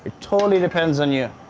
totally depends on you.